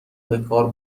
بکار